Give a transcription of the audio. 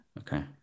okay